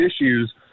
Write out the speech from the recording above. issues